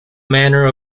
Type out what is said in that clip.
manner